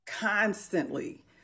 constantly